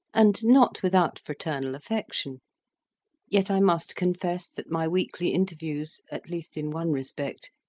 and not without fraternal affection yet i must confess that my weekly interviews, at least in one respect,